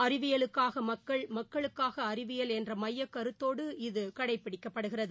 அறிவியலுக்காகமக்கள் மக்களுக்காகஅறிவியல் என்றமையக் கருத்தோடு இத கடைப்பிடிக்கப்படுகிறது